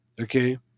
okay